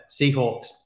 Seahawks